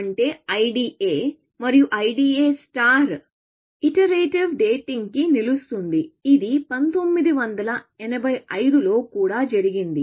అంటే IDA మరియు IDA interactive dating కి నిలుస్తుంది ఇది 1985 లో కూడా జరిగింది